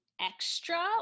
extra